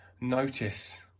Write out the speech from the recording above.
notice